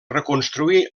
reconstruir